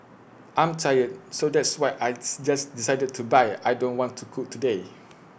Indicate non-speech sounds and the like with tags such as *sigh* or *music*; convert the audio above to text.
I'm tired so that's why I *unintelligible* just decided to buy IT I don't want to cook today